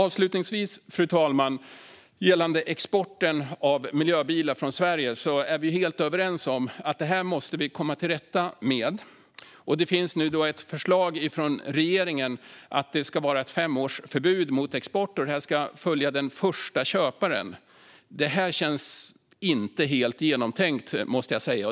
Avslutningsvis är vi gällande exporten av miljöbilar från Sverige helt överens om att vi måste komma till rätta med det. Det finns nu ett förslag från regeringen att det ska vara ett femårsförbud mot export som ska följa den första köparen. Det känns inte helt genomtänkt, måste jag säga.